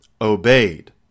obeyed